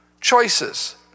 Choices